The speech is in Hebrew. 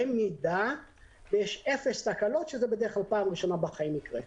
במידה שיש אפס תקלות שזו תהיה הפעם הראשונה בחיים שזה יקרה.